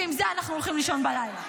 ועם זה אנחנו הולכים לישון בלילה.